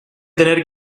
tener